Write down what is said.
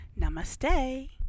namaste